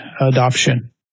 adoption